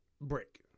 break